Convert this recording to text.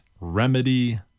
remedy